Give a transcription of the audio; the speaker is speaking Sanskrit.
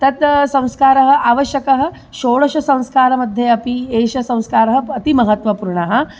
तत् संस्कारः आवश्यकः षोडशसंस्कारमध्ये अपि एषः संस्कारः अतिमहत्त्वपूर्णः